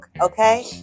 Okay